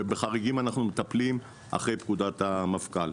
ובחריגים אנחנו מטפלים אחרי פקודת המפכ"ל.